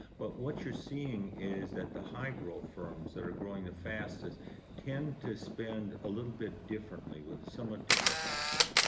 but what you're seeing is that the high growth firms that are growing the fastest tend to spend a little bit differently. with a somewhat different pattern.